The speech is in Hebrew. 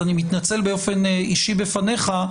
אז אני מתנצל באופן אישי בפניך,